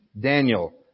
Daniel